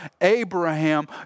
Abraham